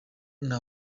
nta